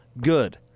good